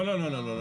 לא, לא, לא.